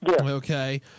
Okay